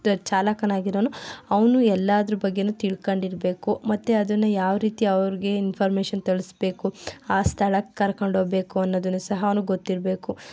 ಚಾಲಕನಾಗಿರೋನು ಅವನು ಎಲ್ಲದರ ಬಗ್ಗೆಯೂ ತಿಳ್ಕೊಂಡಿರ್ಬೇಕು ಮತ್ತೆ ಅದನ್ನು ಯಾವ ರೀತಿ ಅವರಿಗೆ ಇನ್ಫಾರ್ಮೇಶನ್ ತಿಳಿಸಬೇಕು ಆ ಸ್ಥಳಕ್ಕೆ ಕರ್ಕೊಂಡು ಹೋಗ್ಬೇಕು ಅನ್ನೋದನ್ನು ಸಹ ಅವನ್ಗೆ ಗೊತ್ತಿರಬೇಕು